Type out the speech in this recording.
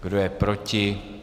Kdo je proti?